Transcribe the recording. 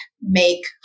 make